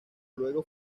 luego